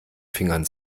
fingern